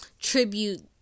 tribute